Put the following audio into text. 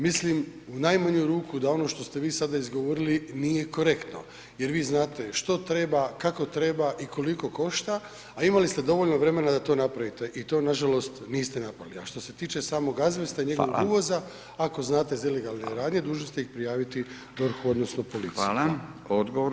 Mislim da u najmanju ruku da ono što ste vi sada izgovorili, nije korektno jer vi znate što treba, kako treba i koliko košta a imali ste dovoljno vremena da to napravite i to nažalost niste napravili a što se tiče samog azbesta i njegovog uvoza, ako znate za ilegalne radnje, dužni ste ih prijaviti DORH-u odnosno policiji, hvala.